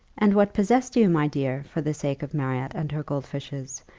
and what possessed you, my dear, for the sake of marriott and her gold fishes,